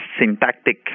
syntactic